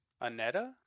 Aneta